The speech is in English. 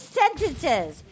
sentences